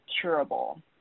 curable